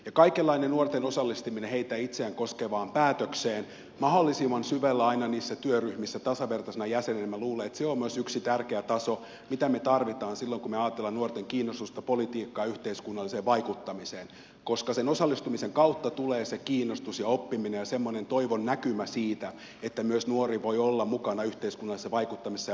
kaikenlainen nuorten osallistaminen heitä itseään koskeviin päätöksiin mahdollisimman syvällä aina niissä työryhmissä tasavertaisina jäseninä minä luulen on myös yksi tärkeä taso mitä me tarvitsemme silloin kun me ajattelemme nuorten kiinnostusta politiikkaan ja yhteiskunnalliseen vaikuttamiseen koska sen osallistumisen kautta tulee se kiinnostus ja oppiminen ja semmoinen toivon näkymä siitä että myös nuori voi olla mukana yhteiskunnallisessa vaikuttamisessa ja politiikassa